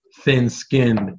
thin-skinned